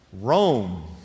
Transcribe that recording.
Rome